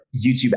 YouTube